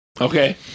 Okay